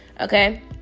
Okay